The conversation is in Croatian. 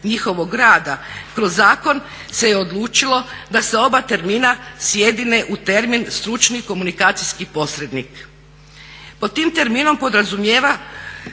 njihovog rada kroz zakon se je odlučilo da se oba termina sjedine u termin stručni komunikacijski posrednik. Pod tim terminom podrazumijevamo